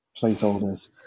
Placeholders